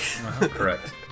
Correct